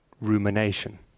rumination